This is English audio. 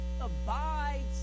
abides